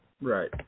Right